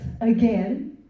again